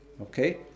Okay